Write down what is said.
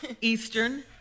Eastern